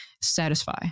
Satisfy